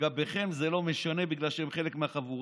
לגביהם זה לא משנה, בגלל שהם חלק מהחבורה.